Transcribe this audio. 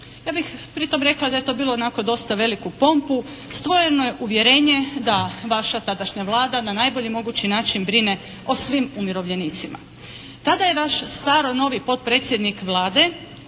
Ja bih pri tom rekla da je to diglo onako dosta veliku pompu. Stvoreno je uvjerenje da vaša tadašnja Vlada na najbolji mogući način brine o svim umirovljenicima. Tada je vaš staro-novi potpredsjednik Vlade